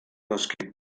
noski